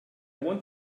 want